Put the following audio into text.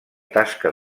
tasca